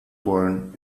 born